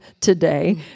today